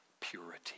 purity